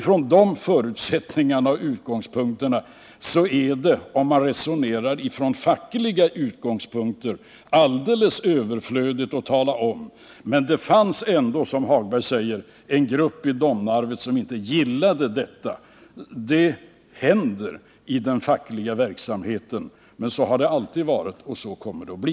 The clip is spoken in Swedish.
Från de förutsättningarna är det, om man resonerar från fackliga utgångspunkter, alldeles överflödigt att tala om att inte alla tycker så. Det fanns ändå, som herr Hagberg säger, en grupp i Domnarvet som inte gillade detta, men sådant händer i den fackliga verksamheten; så har det alltid varit och så kommer det att bli.